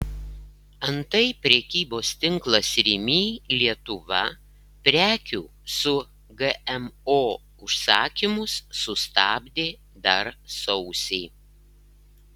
antai prekybos tinklas rimi lietuva prekių su gmo užsakymus sustabdė dar sausį